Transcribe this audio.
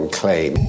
claim